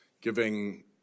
giving